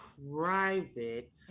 Private